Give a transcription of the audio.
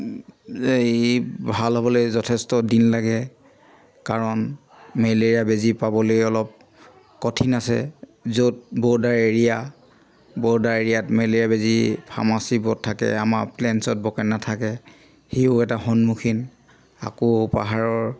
এই ভাল হ'বলৈ যথেষ্ট দিন লাগে কাৰণ মেলেৰিয়া বেজী পাবলৈ অলপ কঠিন আছে য'ত বৰ্ডাৰ এৰিয়া বৰ্ডাৰ এৰিয়াত মেলেৰিয়া বেজী ফাৰ্মাচিবোৰত থাকে আমাৰ প্লেনছত বৰকে নাথাকে সেইও এটা সন্মুখীন আকৌ পাহাৰৰ